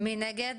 מי נגד?